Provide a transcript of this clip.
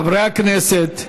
חברי הכנסת,